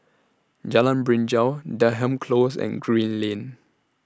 Jalan Binjai Denham Close and Green Lane